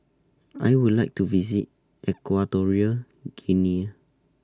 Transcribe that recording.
I Would like to visit Equatorial Guinea